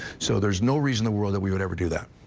so there's no reason the world that we would ever do that.